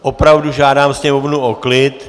Opravdu žádám sněmovnu o klid.